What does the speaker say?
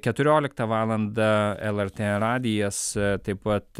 keturioliktą valandą lrt radijas taip pat